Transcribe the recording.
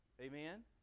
amen